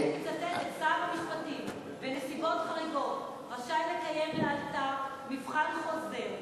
אני מצטטת: שר המשפטים בנסיבות חריגות רשאי לקיים לאלתר מבחן חוזר.